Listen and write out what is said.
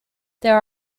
there